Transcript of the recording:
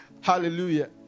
Hallelujah